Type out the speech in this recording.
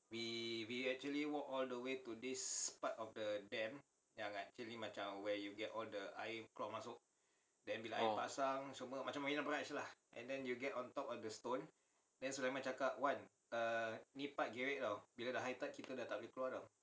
orh